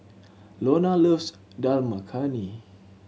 loves Dal Makhani